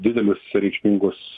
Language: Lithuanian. didelius reikšmingus